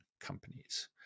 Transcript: companies